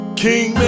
king